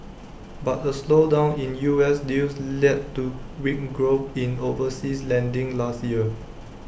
but A slowdown in U S deals led to weak growth in overseas lending last year